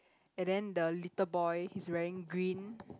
and then the little boy he's wearing green